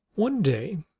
one day,